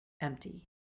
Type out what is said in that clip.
empty